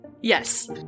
Yes